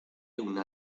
una